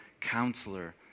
counselor